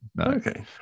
Okay